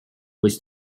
was